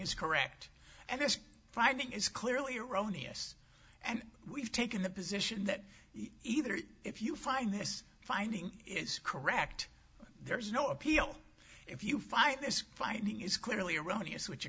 is correct and this finding is clearly erroneous and we've taken the position that either if you find this finding is correct there is no appeal if you find this finding is clearly erroneous which